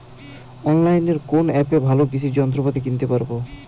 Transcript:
অনলাইনের কোন অ্যাপে ভালো কৃষির যন্ত্রপাতি কিনতে পারবো?